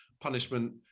punishment